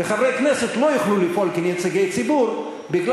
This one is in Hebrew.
וחברי כנסת לא יוכלו לפעול כנציגי ציבור מפני